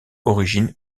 origine